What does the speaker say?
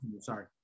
sorry